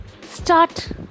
start